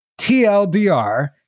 TLDR